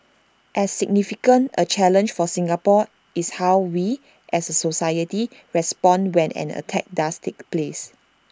as significant A challenge for Singapore is how we as A society respond when an attack does take place